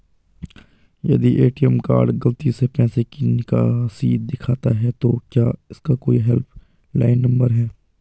यदि ATM card गलती से पैसे की निकासी दिखाता है तो क्या इसका कोई हेल्प लाइन नम्बर है?